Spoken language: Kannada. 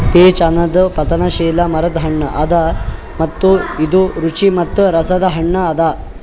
ಪೀಚ್ ಅನದ್ ಪತನಶೀಲ ಮರದ್ ಹಣ್ಣ ಅದಾ ಮತ್ತ ಇದು ರುಚಿ ಮತ್ತ ರಸದ್ ಹಣ್ಣ ಅದಾ